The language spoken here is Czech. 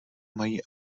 mají